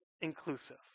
inclusive